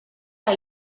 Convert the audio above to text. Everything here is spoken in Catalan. que